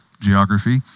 geography